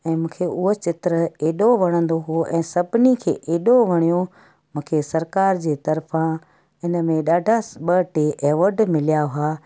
ऐं मूंखे उहा चित्र एॾो वणंदो हुओ ऐं सभिनी खे एॾो वणियो मूंखे सरकार जे तर्फ़ां इन में ॾाढा ॿ टे एवॉड मिलिया हुआ